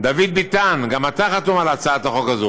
דוד ביטן, גם אתה חתום על הצעת החוק הזאת.